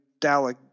Dalek